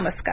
नमस्कार